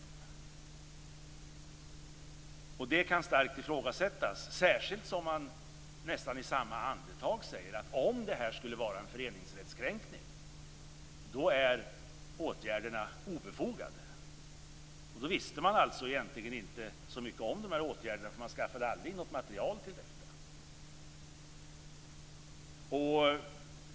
Det har också sagts av debattörer här. Det kan starkt ifrågasättas, särskilt som man nästan i samma andetag säger att om det här skulle vara en föreningsrättskränkning är åtgärderna obefogade. Man visste alltså egentligen inte så mycket om de här åtgärderna, då man aldrig tog in material till detta.